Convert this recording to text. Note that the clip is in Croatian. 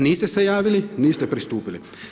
Niste se javili niste pristupili.